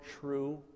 true